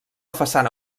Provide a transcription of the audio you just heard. façana